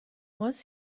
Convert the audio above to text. was